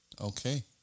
Okay